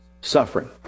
Suffering